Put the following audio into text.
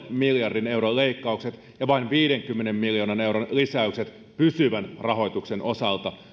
miljardin euron leikkaukset ja vain viidenkymmenen miljoonan euron lisäykset pysyvän rahoituksen osalta